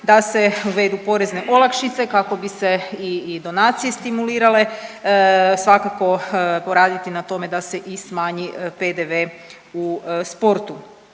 da se uvedu porezne olakšice kao bi se i donacije stimulirale. Svakako poraditi na tome da se i smanji PDV u sportu.